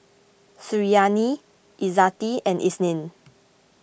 Suriani Izzati and Isnin